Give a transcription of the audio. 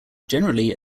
generally